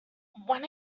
when